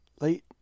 late